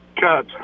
Cut